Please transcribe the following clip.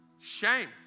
shame